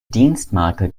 dienstmarke